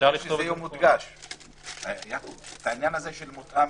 את העניין הזה של מותאם,